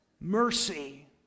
mercy